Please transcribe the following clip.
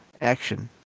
action